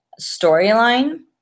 storyline